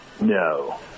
No